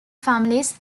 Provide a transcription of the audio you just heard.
families